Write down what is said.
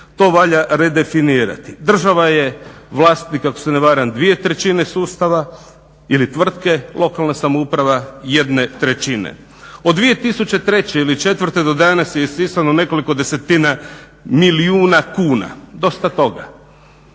To valja definirati. Država je vlasnik ako se ne varam dvije trećine sustava ili tvrtke lokalna samouprava jedne trećine. Od 2003. ili 2004. do danas je isisano nekoliko desetina milijuna kuna. Dosta toga.